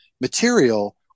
material